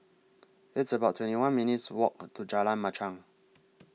It's about twenty one minutes' Walk to Jalan Machang